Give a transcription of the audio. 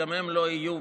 שגם הם לא יהיו,